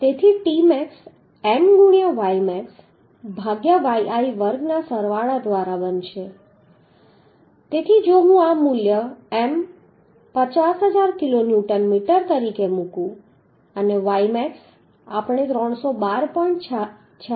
તેથી tmax M ગુણ્યાં ymax ભાગ્યા yi વર્ગના સરવાળા દ્વારા બનશે તેથી જો હું આ M મૂલ્ય 50000 કિલોન્યુટન મીટર મુકું અને ymax આપણે 312